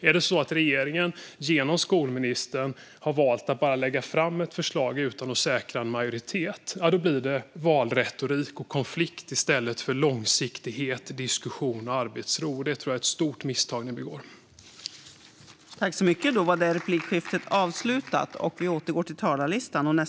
Är det så att regeringen genom skolministern har valt att bara lägga fram ett förslag utan att säkra en majoritet blir det valretorik och konflikt i stället för långsiktighet, diskussion och arbetsro. Jag tror att det är ett stort misstag som regeringen begår.